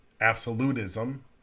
absolutism